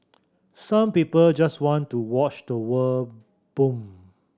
some people just want to watch the world burn